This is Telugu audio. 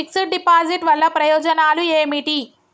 ఫిక్స్ డ్ డిపాజిట్ వల్ల ప్రయోజనాలు ఏమిటి?